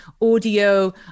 audio